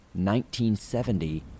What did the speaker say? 1970